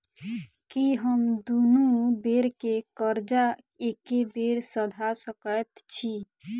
की हम दुनू बेर केँ कर्जा एके बेर सधा सकैत छी?